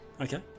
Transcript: Okay